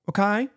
Okay